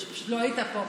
או שפשוט לא היית פה.